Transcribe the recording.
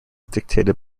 dictated